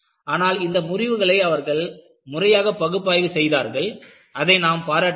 ஆனால் இந்த முறிவுகளை அவர்கள் முறையாக பகுப்பாய்வு செய்தார்கள் அதை நாம் பாராட்ட வேண்டும்